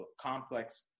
complex